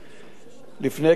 אחרי אסון הכרמל,